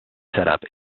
setup